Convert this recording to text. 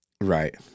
Right